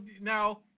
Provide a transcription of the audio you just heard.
now